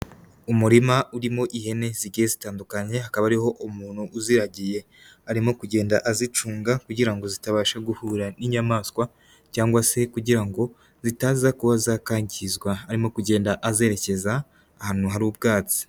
Umurima urimo ihene zigiye zitandukanye, hakaba hariho umuntu uzigiye. Arimo kugenda azicunga kugira ngo zitabasha guhura n'inyamaswa cyangwa se kugira ngo zitaza kuba zakwangizwa. Arimo kugenda azerekeza ahantu hari ubwatsi.